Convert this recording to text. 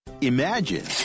Imagine